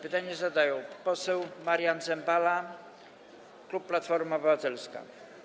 Pytanie zadaje poseł Marian Zembala, klub Platforma Obywatelska.